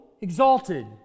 exalted